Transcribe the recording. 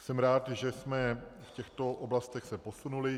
Jsem rád, že jsme se v těchto oblastech posunuli.